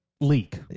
leak